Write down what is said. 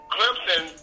Clemson